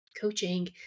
coaching